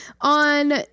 on